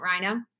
Rhino